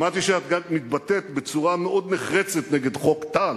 שמעתי שאת גם מתבטאת בצורה מאוד נחרצת נגד חוק טל,